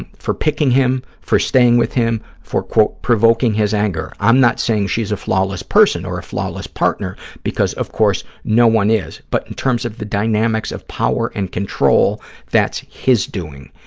and for picking him, for staying with him, for, quote, provoking his anger. i'm not saying she's a flawless person or a flawless partner because, of course, no one is, but in terms of the dynamics of power and control, that's his doing.